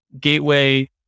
gateway